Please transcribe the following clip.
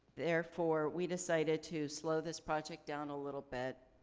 therefore, we decided to slow this project down a little bit,